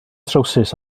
trowsus